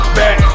back